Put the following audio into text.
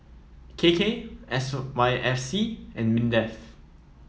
K K S Y F C and Mindef